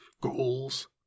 ghouls